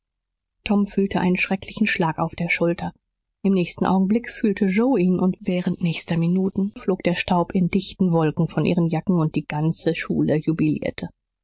tom fühlte einen schrecklichen schlag auf der schulter im nächsten augenblick fühlte joe ihn und während der nächsten minuten flog der staub in dichten wolken von ihren jacken und die ganze schule jubilierte